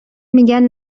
میگن